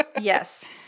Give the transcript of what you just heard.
yes